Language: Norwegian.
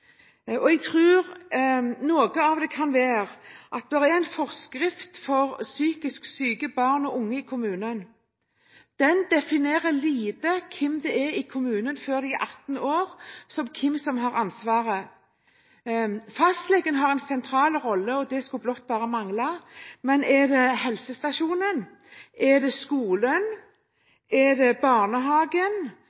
Jeg tror noe av det kan være at forskriften for psykisk syke barn og unge i kommunen i liten grad definerer hvem i kommunen som har ansvaret før de er 18 år. Fastlegen har en sentral rolle, og det skulle blott mangle, men er det helsestasjonen, er det skolen,